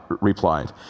replied